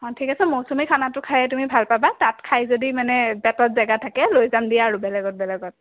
অঁ ঠিক আছে মৌচুমীৰ খানাটো খায়ে তুমি ভাল পাবা তাত খাই যদি মানে পেটত জেগা থাকে লৈ যাম দিয়া আৰু বেলেগত বেলেগত